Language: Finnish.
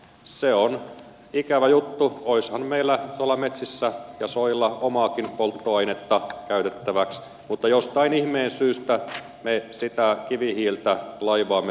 se on ikävä juttu olisihan meillä tuolla metsissä ja soilla omaakin polttoainetta käytettäväksi mutta jostain ihmeen syystä me sitä kivihiiltä laivaamme tänne suomeen